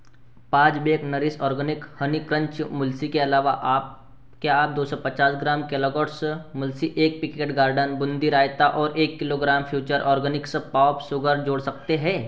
पाँच bag Nourish Organics honey crunch मूलसी के अलावा क्या आप दो सौ पचास ग्राम केलॉगस मूसली एक पैकेट गार्डन बूंदी रायता और एक kilogram Future Organics palm sugar जोड़ सकते हैं